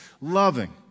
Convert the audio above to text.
loving